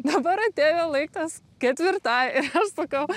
dabar atėjo laikas ketvirtai ir aš sakau